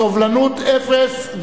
סובלנות אפס,